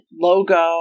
logo